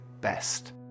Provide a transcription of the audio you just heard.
best